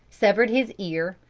severed his ear,